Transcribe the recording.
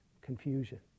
confusion